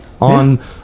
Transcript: on